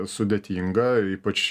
sudėtinga ypač